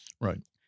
Right